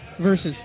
versus